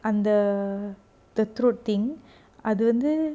அந்த:antha err the throat thing அதுவந்து:athuvanthu